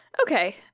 Okay